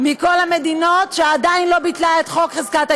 אני קורא לחברי חברי הכנסת לאשר את הצעת החוק.